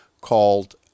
called